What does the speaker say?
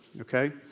okay